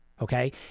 okay